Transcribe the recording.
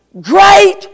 great